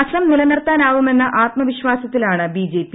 അസ്സം നിലനിർത്താനാവുമെന്ന ആത്മവിശ്വാസത്തിലാണ് B J P